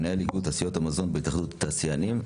מנהל איגוד תעשיות המזון בהתאחדות התעשיינים.